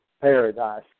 paradise